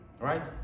right